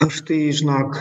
aš tai žinok